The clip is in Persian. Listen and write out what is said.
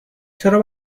چرا